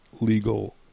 legal